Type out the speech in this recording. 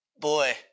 Boy